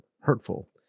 hurtful